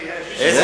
אדוני, יש.